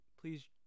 please